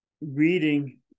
reading